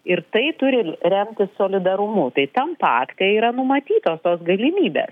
ir tai turi remtis solidarumu tai tam pakte yra numatytos tos galimybės